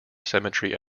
symmetry